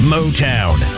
Motown